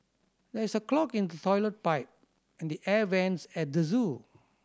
there is a clog in the toilet pipe and the air vents at the zoo